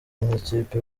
nk’ikipe